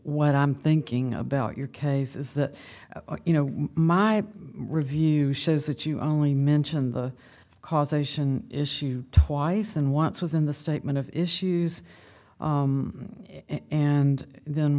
what i'm thinking about your case is that you know my review says that you only mentioned the causation issue twice and wants was in the statement of issues and then